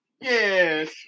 Yes